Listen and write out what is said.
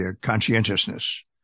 conscientiousness